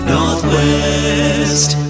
Northwest